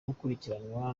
gukurikiranwa